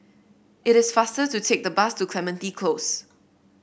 it is faster to take the bus to Clementi Close